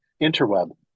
interweb